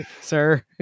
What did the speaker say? sir